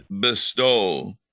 bestow